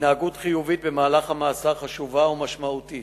התנהגות חיובית במהלך המאסר היא חשובה ומשמעותית,